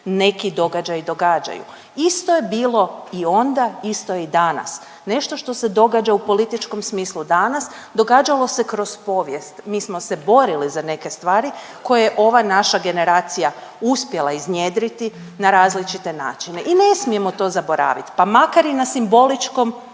neki događaji događaju. Isto je bilo i onda, isto je i danas. Nešto što se događa u političkom smislu danas, događalo se kroz povijest. Mi smo se borili za neke stvari koje je ova naša generacija uspjela iznjedriti na različite načine. I ne smijemo to zaboravit pa makar i na simboličkom,